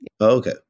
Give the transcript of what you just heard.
Okay